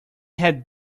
had